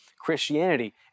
Christianity